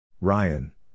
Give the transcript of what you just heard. Ryan